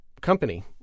company